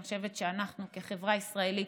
אני חושבת שאנחנו בחברה הישראלית,